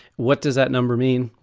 what does that number mean?